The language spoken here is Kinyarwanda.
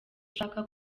ushaka